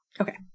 Okay